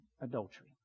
adultery